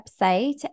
website